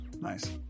nice